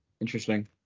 Interesting